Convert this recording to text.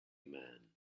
man